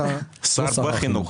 שר בחינוך.